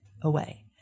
away